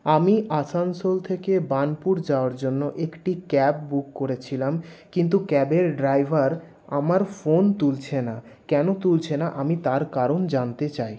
আমি আসানসোল থেকে বার্নপুর যাওয়ার জন্য একটি ক্যাব বুক করেছিলাম কিন্তু ক্যাবের ড্রাইভার আমার ফোন তুলছে না কেন তুলছে না আমি তার কারণ জানতে চাই